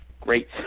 great